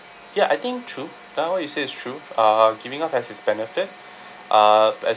ya I think true that [one] you say is true uh giving up has its benefit uh especially